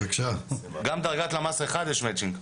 גם דרגת למ"ס 1 יש Matching.